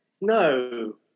no